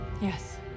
Yes